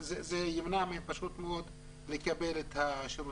וזה מונע מהם לקבל את השירות.